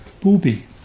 Booby